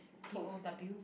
T O W